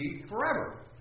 forever